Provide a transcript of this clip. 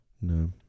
No